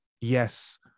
yes